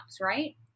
right